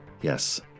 yes